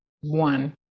one